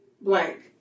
blank